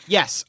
Yes